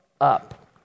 up